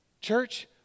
church